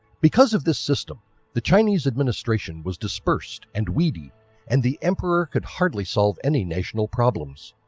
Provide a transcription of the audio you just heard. because of this system the chinese administration was dispersed and weedy and the emperor could hardly solve any national problems.